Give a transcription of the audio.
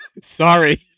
Sorry